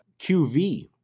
QV